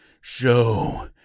Show